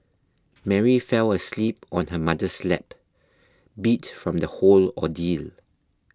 Mary fell asleep on her mother's lap beat from the whole ordeal